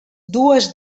dues